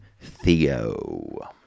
Theo